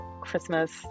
Christmas